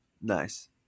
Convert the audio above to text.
Nice